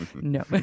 No